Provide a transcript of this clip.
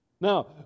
Now